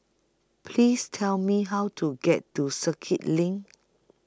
Please Tell Me How to get to Circuit LINK